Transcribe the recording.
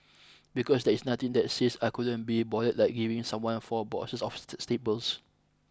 because there is nothing that says I couldn't be bothered like giving someone four boxes of staples